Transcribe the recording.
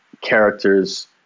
characters